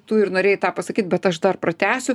tu ir norėjai tą pasakyt bet aš dar pratęsiu